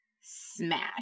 Smash